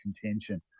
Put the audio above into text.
contention